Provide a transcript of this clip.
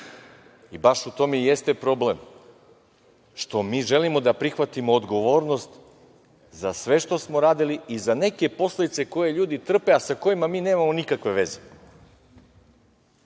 Baš u tome i jeste problem, što mi želimo da prihvatimo odgovornost za sve što smo radili i za neke posledice koje ljudi trpe, a sa kojima mi nemamo nikakve veze.I,